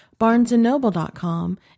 BarnesandNoble.com